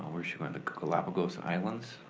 um where she went, the galapagos islands,